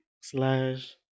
slash